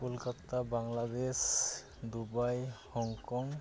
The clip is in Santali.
Kolkata Bangladesh Dubai Hong Kong